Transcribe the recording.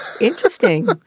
Interesting